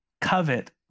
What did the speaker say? covet